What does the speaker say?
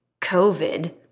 COVID